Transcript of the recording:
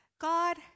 God